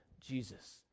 Jesus